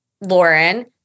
Lauren